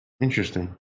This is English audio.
Interesting